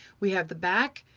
we have the back,